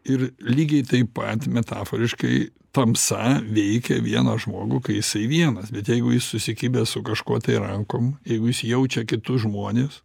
ir lygiai taip pat metaforiškai tamsa veikia vieną žmogų kai jisai vienas bet jeigu jis susikibęs su kažkuo tai rankom jeigu jis jaučia kitus žmones